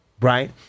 Right